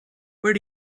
where